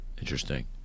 Interesting